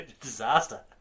disaster